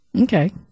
Okay